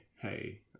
hey